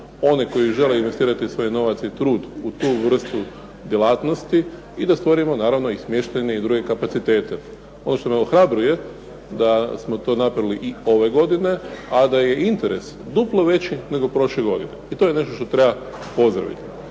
one koji žele investirati svoj novac i trud u tu vrstu djelatnosti i da stvorimo naravno i smještajne i druge kapacitete. Ovo što me ohrabruje da smo to napravili i ove godine, a da je interes duplo veći nego prošle godine i to je nešto što treba pozdraviti.